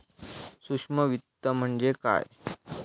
सूक्ष्म वित्त म्हणजे काय?